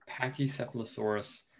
Pachycephalosaurus